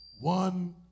one